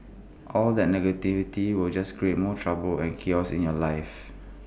all that negativity will just create more trouble and chaos in your life